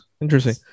interesting